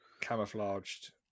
camouflaged